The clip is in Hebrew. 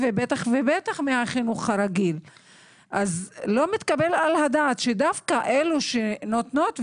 אני לא מתערבת בשיקול דעת של מי שעונה את התשובות.